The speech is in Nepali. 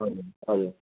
हजुर हजुर